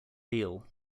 beale